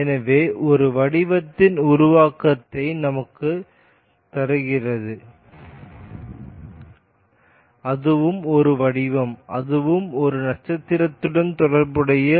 எனவே ஒரு வடிவத்தின் உருவாக்கம் நமக்கு கிடைக்கிறது அது ஒரு வடிவம் அதுவும் ஒரு நட்சத்திரத்துடன் தொடர்புடையது